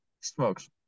smokes